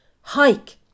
Hike